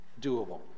doable